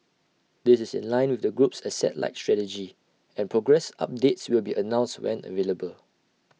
this is in line with the group's asset light strategy and progress updates will be announced when available